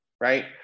Right